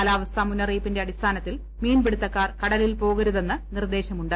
കാലാവസ്ഥാ മുന്നറിയി പ്പിന്റെ അടിസ്ഥാനത്തിൽ മീൻപിടുത്തക്കാർ കടലിൽ പോകരുതെന്ന് നിർദ്ദേശമുണ്ട്